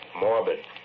morbid